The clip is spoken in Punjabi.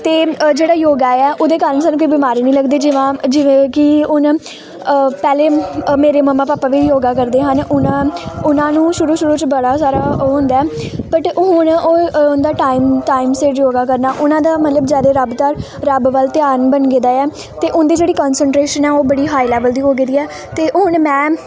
ਅਤੇ ਅ ਜਿਹੜਾ ਯੋਗਾ ਆ ਉਹਦੇ ਕਾਰਨ ਸਾਨੂੰ ਕੋਈ ਬਿਮਾਰੀ ਨਹੀਂ ਲੱਗਦੀ ਜਿਵਾ ਜਿਵੇਂ ਕਿ ਉਹਨਾਂ ਪਹਿਲੇ ਅ ਮੇਰੇ ਮੰਮਾ ਪਾਪਾ ਵੀ ਯੋਗਾ ਕਰਦੇ ਹਨ ਉਨਾ ਉਹਨਾਂ ਨੂੰ ਸ਼ੁਰੂ ਸ਼ੁਰੂ 'ਚ ਬੜਾ ਸਾਰਾ ਉਹ ਹੁੰਦਾ ਬਟ ਉਹ ਹੁਣ ਉਹ ਉਹਦਾ ਟਾਈਮ ਟਾਈਮ ਸਿਰ ਯੋਗਾ ਕਰਨਾ ਉਹਨਾਂ ਦਾ ਮਤਲਬ ਜ਼ਿਆਦਾ ਰੱਬਦਾਰ ਰੱਬ ਵੱਲ ਧਿਆਨ ਬਣ ਗੇ ਦਾ ਆ ਅਤੇ ਉਹਦੇ ਜਿਹੜੀ ਕੰਸਟਰੇਸ਼ਨ ਉਹ ਬੜੀ ਹਾਈ ਲੈਵਲ ਦੀ ਹੋ ਗੇ ਦੀ ਹੈ ਅਤੇ ਹੁਣ ਮੈਂ